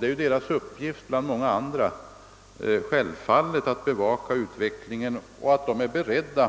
Det är SJ:s uppgift — självfallet bland många andra — att följa utvecklingen, och man är inom förelaget, såsom jag framhöll i svaret, beredd